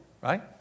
right